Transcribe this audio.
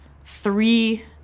three